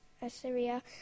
Assyria